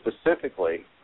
specifically